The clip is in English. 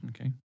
Okay